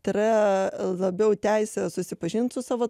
tai yra labiau teise susipažint su savo